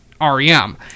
REM